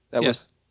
Yes